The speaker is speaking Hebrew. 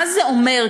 מה זה אומר,